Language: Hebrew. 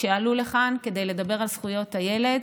שעלו לכאן כדי לדבר על זכויות הילד,